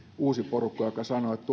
uusi porukka joka sanoo että